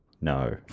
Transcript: No